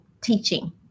teaching